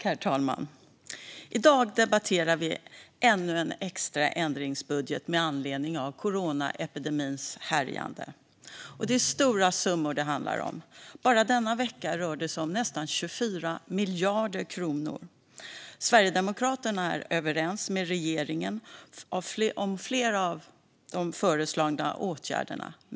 Herr talman! I dag debatterar vi ännu en extra ändringsbudget med anledning av coronaepidemins härjande. Och det är stora summor det handlar om. Bara denna vecka rör det sig om nästan 24 miljarder kronor. Sverigedemokraterna är överens med regeringen om flera av de föreslagna åtgärderna.